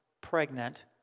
pregnant